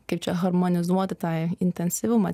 kaip čia harmonizuoti tą intensyvumą